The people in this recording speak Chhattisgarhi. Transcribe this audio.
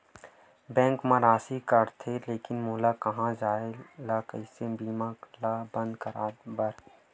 बैंक मा राशि कटथे लेकिन मोला कहां जाय ला कइसे बीमा ला बंद करे बार?